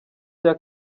cya